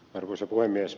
arvoisa puhemies